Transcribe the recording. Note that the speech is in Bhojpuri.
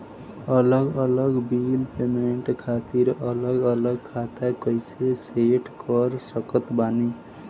अलग अलग बिल पेमेंट खातिर अलग अलग खाता कइसे सेट कर सकत बानी?